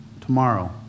tomorrow